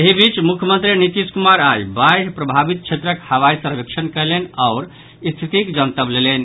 एहि बीच मुख्यमंत्री नीतीश कुमार आइ बाढ़ प्रभावित क्षेत्रक हवाई सर्वेक्षण कयलनि आओर स्थितिक जनतब लेलनि